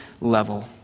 level